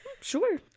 Sure